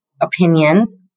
opinions